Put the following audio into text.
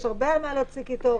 יש הרבה על מה להוציא קיטור,